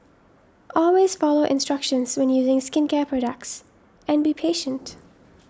always follow instructions when using skincare products and be patient